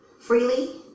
freely